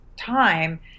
Time